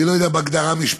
אני לא יודע בהגדרה משפטית,